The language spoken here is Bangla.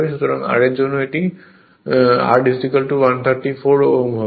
সুতরাং R এর জন্য এটি R 134 Ω হবে